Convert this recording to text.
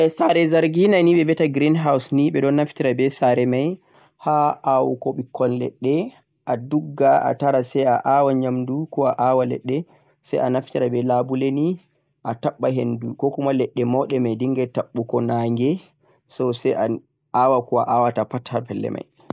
saare zargina ni beh viyita green house ni beh do naftir beh saare mai ha awoga bikkoi ledde a dugga a tara sai a awa nyamdu ko'a awa ledde sai a naftia beh labuleh ni a tabba hendu ko kuma ledde maudeh mai dingan tabbugo nange so sai a awa ko'a awata pat ha pellel mai